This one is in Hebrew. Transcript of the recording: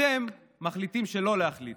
אתם מחליטים שלא להחליט.